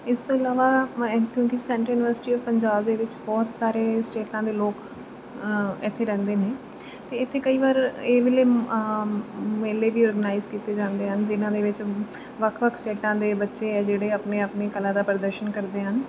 ਇਸ ਤੋਂ ਇਲਾਵਾ ਮੈਂ ਕਿਉਂਕਿ ਸੈਂਟਰਲ ਯੂਨੀਵਰਸਿਟੀ ਆਫ ਪੰਜਾਬ ਦੇ ਵਿੱਚ ਬਹੁਤ ਸਾਰੇ ਸਟੇਟਾਂ ਦੇ ਲੋਕ ਇੱਥੇ ਰਹਿੰਦੇ ਨੇ ਅਤੇ ਇੱਥੇ ਕਈ ਵਾਰ ਇਹ ਵਾਲੇ ਮੇਲੇ ਵੀ ਓਰਗਨਾਈਜ਼ ਕੀਤੇ ਜਾਂਦੇ ਹਨ ਜਿਹਨਾਂ ਦੇ ਵਿੱਚ ਵੱਖ ਵੱਖ ਸਟੇਟਾਂ ਦੇ ਬੱਚੇ ਆ ਜਿਹੜੇ ਆਪਣੀ ਆਪਣੀ ਕਲਾ ਦਾ ਪ੍ਰਦਰਸ਼ਨ ਕਰਦੇ ਹਨ